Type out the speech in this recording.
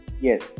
Yes